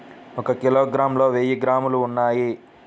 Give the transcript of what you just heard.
ఒక కిలోగ్రామ్ లో వెయ్యి గ్రాములు ఉన్నాయి